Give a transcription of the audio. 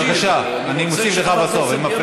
אני רוצה שחברת הכנסת תשמע,